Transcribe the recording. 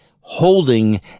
holding